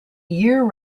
year